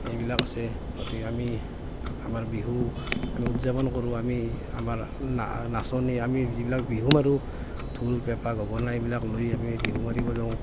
সেইবিলাক আছে গতিকে আমি আমাৰ বিহু আমি উদযাপন কৰো আমি আমাৰ না নাচনী আমি যিবিলাক বিহু মাৰো ঢোল পেঁপা গগনা এইবিলাক লৈ আমি বিহু মাৰিব যাওঁ